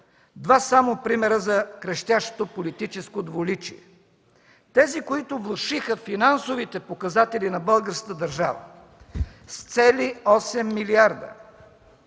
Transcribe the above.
два примера за крещящото политическо двуличие. Тези, които влошиха финансовите показатели на българската държава с цели 8 милиарда